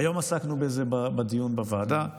היום עסקנו בזה בדיון בוועדה.